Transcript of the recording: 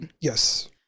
Yes